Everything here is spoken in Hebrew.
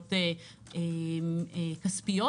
ערבויות כספיות,